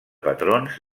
patrons